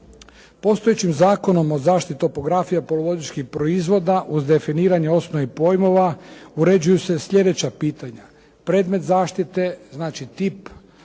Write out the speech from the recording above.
Postojećim Zakonom o zaštiti topografija poluvodičkih proizvoda uz definiranje osnovnih pojmova uređuju se slijedeća pitanja, predmet zaštite, znači tip